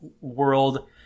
world